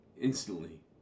instantly